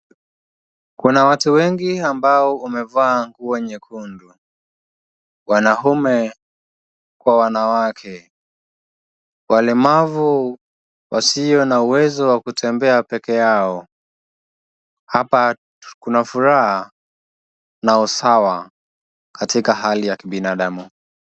Kuna watu wengi ambao wamevaa nguo nyekundu. Wanaume kwa wanawake. Walemavu wasio na uwezo wa kutembea peke yao. Hapa kuna furaha na usawa katika hali ya kibinadamu.